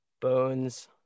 Bones